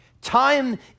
Time